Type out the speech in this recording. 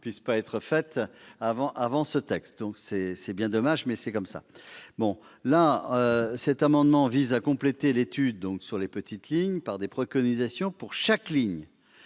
ne puisse être faite avant sa présentation. C'est bien dommage, mais c'est ainsi. Cet amendement vise à compléter l'étude sur les petites lignes par des préconisations pour chaque ligne.